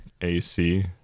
AC